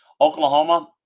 Oklahoma